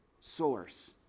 source